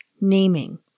naming